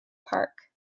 park